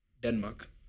Denmark